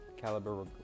caliber